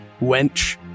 wench